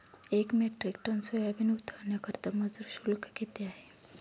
एक metric ton soybean उतरवण्याकरता मजूर शुल्क किती आहे?